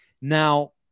now